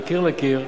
מקיר לקיר.